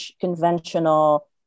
conventional